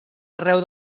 arreu